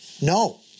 no